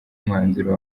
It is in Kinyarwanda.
umwanzuro